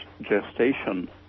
gestation